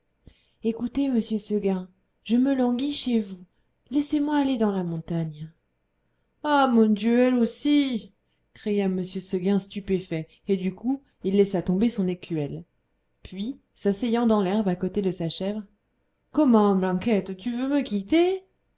écoutez monsieur seguin je me languis chez vous laissez-moi aller dans la montagne ah mon dieu elle aussi cria m seguin stupéfait et du coup il laissa tomber son écuelle puis s'asseyant dans l'herbe à côté de sa chèvre comment blanquette tu veux me quitter